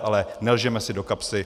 Ale nelžeme si do kapsy.